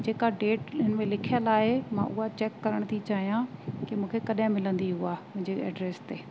जेका डेट हिन में लिखियल आहे मां उहा चैक करणु थी चाहियां कि मूंखे कॾहिं मिलंदी उहा मुंहिंजे एड्रेस ते